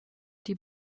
die